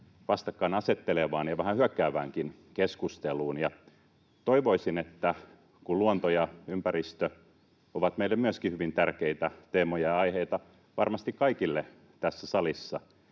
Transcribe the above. vastakkainasettelevaan ja vähän hyökkääväänkin keskusteluun. Toivoisin, että kun myöskin luonto ja ympäristö ovat meille hyvin tärkeitä teemoja ja aiheita, varmasti kaikille tässä salissa,